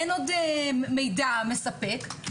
אין עוד מידע מספק,